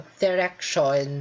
direction